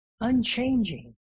Unchanging